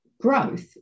growth